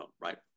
right